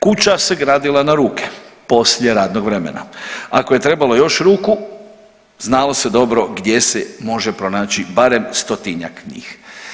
Kuća se gradila na ruke poslije radnog vremena, ako je trebalo još ruku znalo se dobro gdje se može pronaći barem 100-tinjak njih.